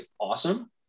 awesome